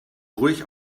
ruhig